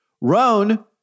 Roan